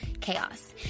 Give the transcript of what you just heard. chaos